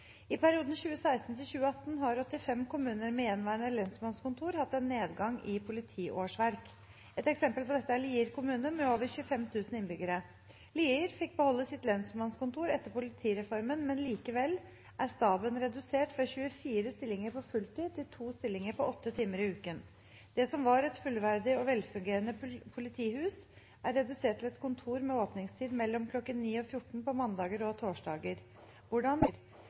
I perioden 2016 til 2018 hadde 85 kommuner med gjenværende lensmannskontor en nedgang i politiårsverk. Et av eksemplene på det er Lier kommune, som er en stor kommune på det sentrale Østlandet, mellom Oslo og Drammen, med over 25 000 innbyggere. Lier fikk beholde lensmannskontoret sitt, men staben ble likevel redusert fra 24 stillinger på fulltid til to stillinger åtte timer i uken. Det som var et fullverdig og velfungerende politihus, et ganske stort politihus med